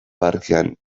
parkean